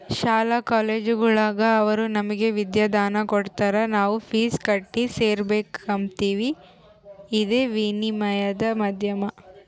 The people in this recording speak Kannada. ಶಾಲಾ ಕಾಲೇಜುಗುಳಾಗ ಅವರು ನಮಗೆ ವಿದ್ಯಾದಾನ ಕೊಡತಾರ ನಾವು ಫೀಸ್ ಕಟ್ಟಿ ಸೇರಕಂಬ್ತೀವಿ ಇದೇ ವಿನಿಮಯದ ಮಾಧ್ಯಮ